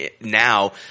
now